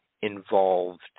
involved